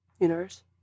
universe